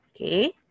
okay